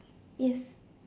yes